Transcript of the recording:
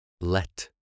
let